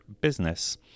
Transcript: business